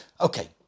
Okay